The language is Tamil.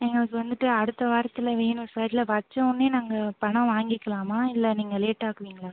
எங்களுக்கு வந்துட்டு அடுத்த வாரத்தில் வேணும் சார் இல்லை வைச்சோன்னே நாங்கள் பணம் வாங்கிக்கலாமா இல்லை நீங்கள் லேட் ஆக்குவிங்களா